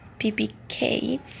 .ppk